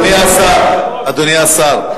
אדוני השר,